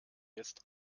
jetzt